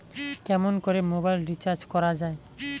কেমন করে mobile recharge করা য়ায়?